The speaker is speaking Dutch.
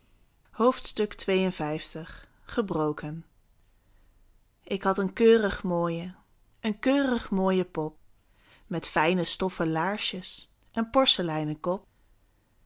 gebroken ik had een keurig mooie een keurig mooie pop met fijne stoffen laarsjes en porseleinen kop